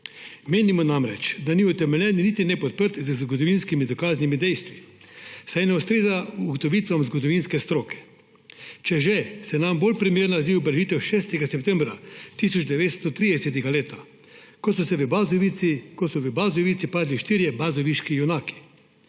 Menimo namreč, da niti ni utemeljen niti ni podprt z zgodovinskimi dokaznimi dejstvi, saj ne ustreza ugotovitvam zgodovinske stroke. Če že, se nam bolj primerna zdi obeležitev 6. septembra 1930, ko so v Bazovici padli štirje bazoviški junaki.